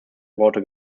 worte